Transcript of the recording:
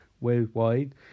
worldwide